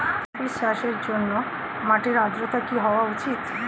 Coffee চাষের জন্য মাটির আর্দ্রতা কি হওয়া উচিৎ?